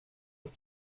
ist